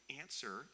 answer